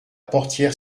portière